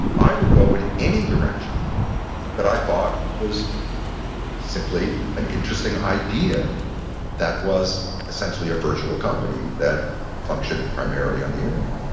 i would go in any direction that i thought was simply an interesting idea that was essentially a virtual company that functioned primarily on the internet.